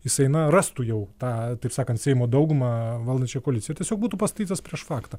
jisai na rastų jau tą taip sakant seimo daugumą valdančią koaliciją tiesiog būtų pastatytas prieš faktą